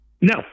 No